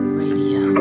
radio